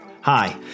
Hi